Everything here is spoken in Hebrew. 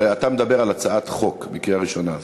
הרי אתה מדבר על הצעת חוק לקריאה ראשונה,